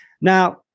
Now